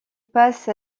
passe